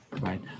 Right